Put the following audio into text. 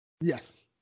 Yes